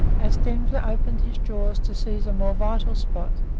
as denver opened his jaws to seize a more vital spot,